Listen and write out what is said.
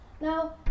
Now